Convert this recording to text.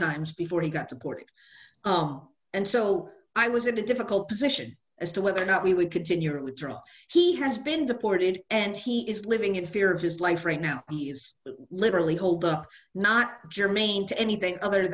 times before he got to court and so i was in a difficult position as to whether or not he would continue to draw he has been the ported and he is living in fear of his life right now he is literally hold the not germane to anything other